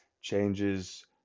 changes